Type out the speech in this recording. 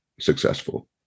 successful